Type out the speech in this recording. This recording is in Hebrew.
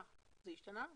זה השתנה?